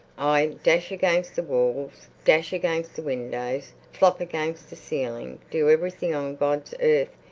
i dash against the walls, dash against the windows, flop against the ceiling, do everything on god's earth,